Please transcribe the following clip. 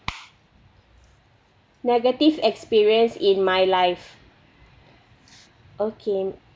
negative experience in my life okay